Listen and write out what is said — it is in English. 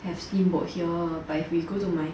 have steamboat here but if we go to my